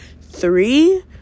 Three